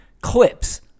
clips